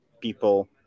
people